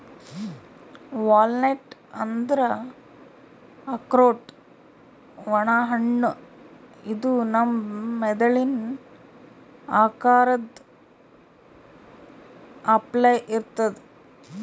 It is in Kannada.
ವಾಲ್ನಟ್ ಅಂದ್ರ ಆಕ್ರೋಟ್ ಒಣ ಹಣ್ಣ ಇದು ನಮ್ ಮೆದಳಿನ್ ಆಕಾರದ್ ಅಪ್ಲೆ ಇರ್ತದ್